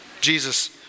Jesus